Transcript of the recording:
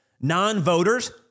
non-voters